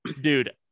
dude